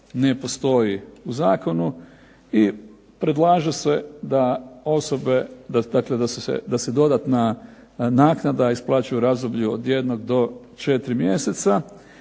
ne postoji u zakonu i predlaže se da osobe, dakle da se dodatna naknada isplaćuje u razdoblju od jednog do 4 mjeseca.